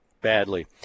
Badly